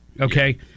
okay